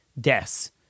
deaths